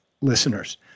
listeners